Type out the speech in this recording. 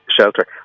shelter